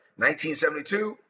1972